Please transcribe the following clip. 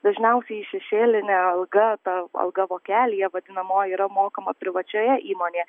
dažniausiai šešėlinė alga ta alga vokelyje vadinamoji yra mokama privačioje įmonėje